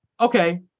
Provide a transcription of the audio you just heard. okay